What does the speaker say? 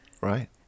Right